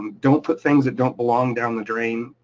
don't put things that don't belong down the drain,